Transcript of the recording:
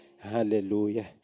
Hallelujah